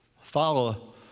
follow